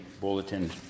bulletin